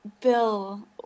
Bill